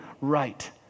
right